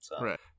right